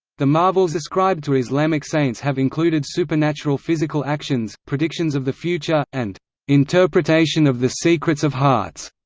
the marvels ascribed to islamic saints have included supernatural physical actions, predictions of the future, and interpretation of the secrets of hearts.